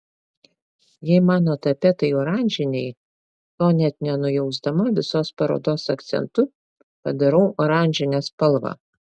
jei mano tapetai oranžiniai to net nenujausdama visos parodos akcentu padarau oranžinę spalvą